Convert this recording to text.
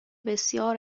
بسیار